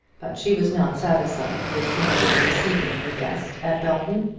but she was not satisfied with simply receiving her guest at belton,